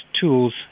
tools